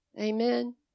Amen